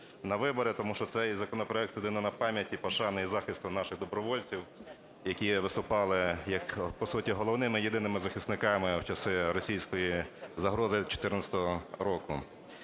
на вибори, тому що цей законопроект – це данина пам'яті, і пошани, і захисту наших добровольців, які виступали по суті головними, єдиними захисниками в часи російської загрози 2014 року.